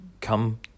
come